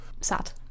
sad